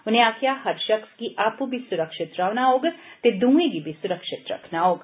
उनें आक्खेआ हर शख्स गी आपु बी सुरक्षत रौहना होग ते दुएं गी बी सुरक्षत रखना होग